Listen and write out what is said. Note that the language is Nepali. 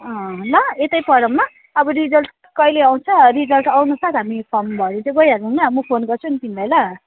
अँ ल यतै पढौँ ल अब रिजल्ट कहिले आउँछ रिजल्ट आउनुसाथ हामी फर्म भर्नु चाहिँ गइहालौँ ल म फोन गर्छु नि तिमीलाई ल